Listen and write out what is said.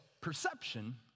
perception